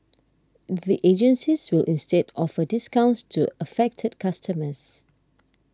the agencies will instead offer discounts to affected customers